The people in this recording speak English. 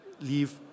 leave